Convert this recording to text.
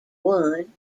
one